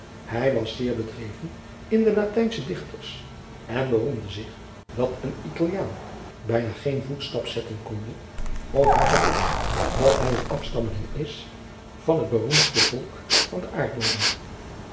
hij was zeer bedreven in de latijnsche dichters en beroemde zich dat een italiaan bijna geen voetstap zetten konde of hij gevoelt dat hij een afstammeling is van het beroemdste volk van den aardbodem